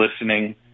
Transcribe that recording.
listening